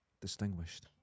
distinguished